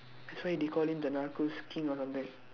that's why they call him the Narcos King or something